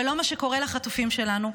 ולא על מה שקורה לחטופים שלנו.